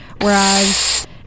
whereas